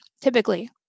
Typically